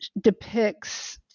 depicts